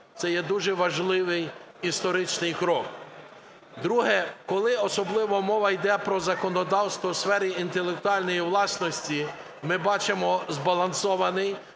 це є дуже важливий історичний крок. Друге. Коли особливо мова йде про законодавство у сфері інтелектуальної власності, ми бачимо збалансований